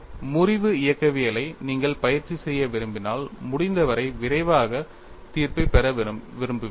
முறிவு இயக்கவியலை நீங்கள் பயிற்சி செய்ய விரும்பினால் முடிந்தவரை விரைவாக தீர்வைப் பெற விரும்புகிறீர்கள்